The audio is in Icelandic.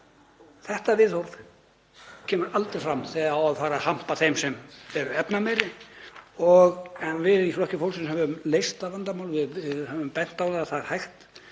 Þetta viðhorf kemur aldrei fram þegar á að hampa þeim sem eru efnameiri, en við í Flokki fólksins höfum leyst það vandamál. Við höfum bent á að það er hægt